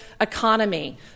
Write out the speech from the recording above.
economy